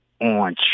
on